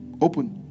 Open